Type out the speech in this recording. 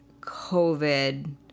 covid